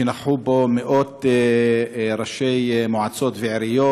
שנכחו בו מאות ראשי מועצות ועיריות,